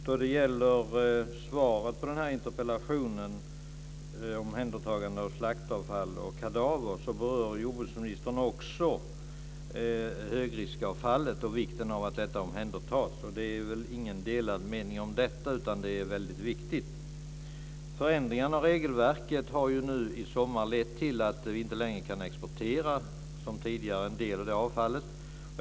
Fru talman! I svaret på interpellationen om omhändertagande av slaktavfall och kadaver berör jordbruksministern också högriskavfallet och vikten av att detta omhändertas. Det råder väl inga delade meningar om detta. Det är mycket viktigt. Förändringarna av regelverket har nu i sommar lett till att vi inte som tidigare kan exportera en del av det avfallet.